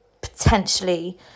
potentially